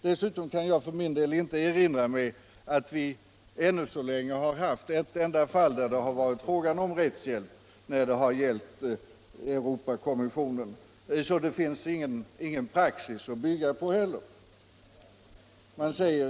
Dessutom kan jag inte erinra mig att vi hittills haft ett enda fall där det har varit fråga om rättshjälp när det gäller Europakonventionen, så det finns ingen praxis att bygga på heller.